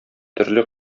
төрле